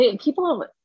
people